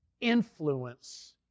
influence